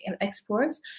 exports